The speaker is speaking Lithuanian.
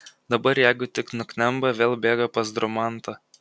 dabar jeigu tik nuknemba vėl bėga pas dromantą